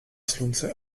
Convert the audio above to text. slunce